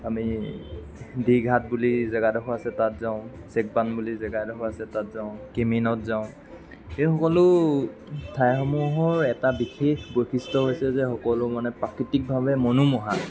আমি দ্বিঘাট বুলি জেগা এডোখৰ আছে তাত যাওঁ চেকবান বুলি জেগা এডোখৰ আছে তাত যাওঁ কিমিনত যাওঁ এই সকলো ঠাইসমূহৰ এটা বিশেষ বৈশিষ্ট্য হৈছে যে সকলো মানে প্ৰাকৃতিকভাৱে মনোমোহা